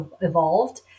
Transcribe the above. evolved